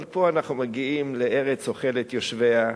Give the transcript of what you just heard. אבל פה אנחנו מגיעים לארץ אוכלת יושביה.